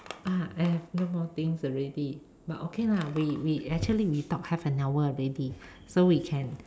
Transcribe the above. ah I have no more things already but okay lah we we actually we talk half an hour already so we can